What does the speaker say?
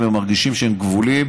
והם מרגישים שהם כבולים.